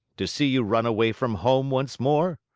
to see you run away from home once more?